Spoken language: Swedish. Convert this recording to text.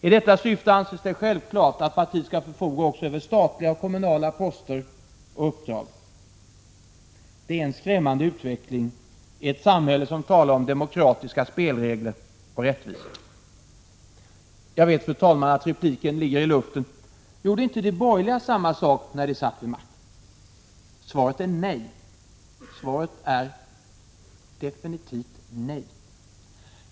I detta syfte anses det självklart att partiet skall förfoga också över statliga och kommunala poster och uppdrag. Detta är en skrämmande utveckling i ett samhälle som talar om demokratiska spelregler och rättvisa. Jag vet, fru talman, att repliken ligger i luften: Gjorde inte de borgerliga samma sak när de satt vid makten? Svaret är definitivt nej.